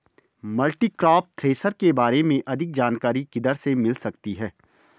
Multicrop thresher के बारे में अधिक जानकारी किधर से मिल सकती है?